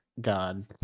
god